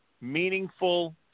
meaningful